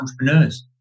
entrepreneurs